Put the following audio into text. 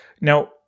Now